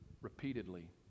repeatedly